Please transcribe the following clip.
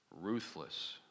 ruthless